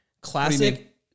Classic